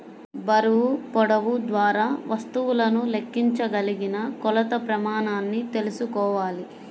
బరువు, పొడవు ద్వారా వస్తువులను లెక్కించగలిగిన కొలత ప్రమాణాన్ని తెల్సుకోవాలి